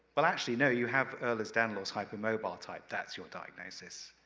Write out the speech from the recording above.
but actually, no you have ehlers-danlos hypermobile type. that's your diagnosis.